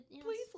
Please